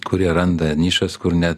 kurie randa nišas kur net